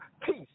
peace